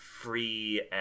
Free